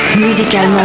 musicalement